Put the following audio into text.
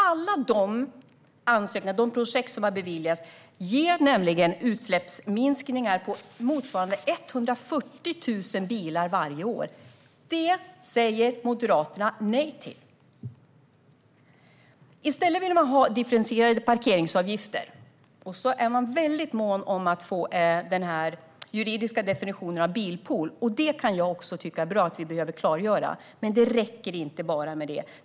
Alla de projekt som har beviljats detta ger utsläppsminskningar motsvarande 140 000 bilar varje år. Det säger Moderaterna nej till. I stället vill man ha differentierade parkeringsavgifter. Och man är väldigt mån om att få en juridisk definition av begreppet bilpool. Jag kan också tycka att vi behöver klargöra det. Men det räcker inte bara med det.